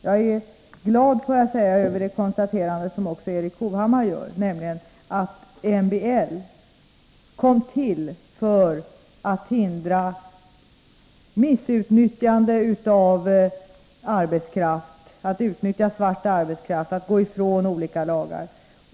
Jag vill säga att jag är glad över det konstaterande som även Erik Hovhammar gör, nämligen att MBL kom till för att hindra missbruk av arbetskraft och utnyttjande av svart arbetskraft för att kringgå olika lagar.